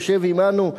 היושב עמנו,